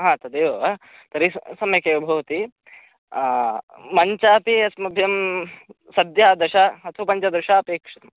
हा तदेव वा तर्हि स सम्यकेव भवति मञ्चापि अस्मभ्यं सद्य दश अथवा पञ्चदश अपेक्षितम्